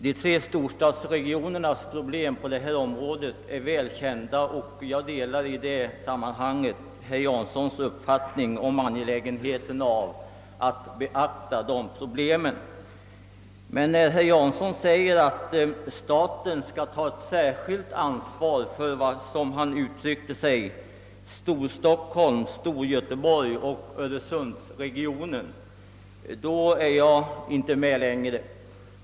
De tre storstadsregionernas problem på detta område är väl kända, och jag delar herr Janssons uppfattning om angelägenheten av att de beaktas. När han hävdar att staten skall ta ett särskilt ansvar för — som han uttrycker sig — Storstockholm, Storgöteborg och öresundsregionen är jag dock inte med längre.